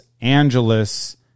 Angeles